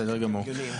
בסדר גמור.